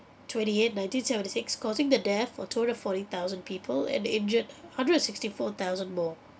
twenty eight nineteen seventy six causing the death of two hundred forty thousand people and injured hundred and sixty four thousand more